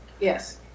Yes